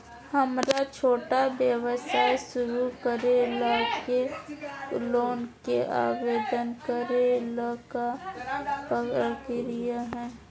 हमरा छोटा व्यवसाय शुरू करे ला के लोन के आवेदन करे ल का प्रक्रिया हई?